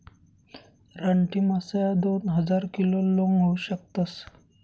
रानटी मासा ह्या दोन हजार किलो लोंग होऊ शकतस